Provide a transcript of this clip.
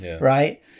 right